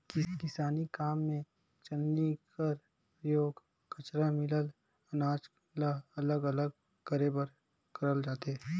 किसानी काम मे चलनी कर परियोग कचरा मिलल अनाज ल अलग अलग करे बर करल जाथे